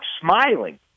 smiling